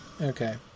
Okay